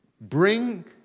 bring